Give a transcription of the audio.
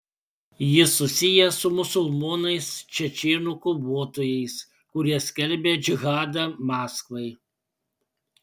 jis susijęs su musulmonais čečėnų kovotojais kurie skelbia džihadą maskvai